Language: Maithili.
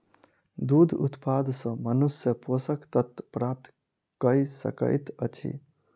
दूध उत्पाद सॅ मनुष्य पोषक तत्व प्राप्त कय सकैत अछि